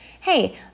Hey